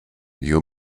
you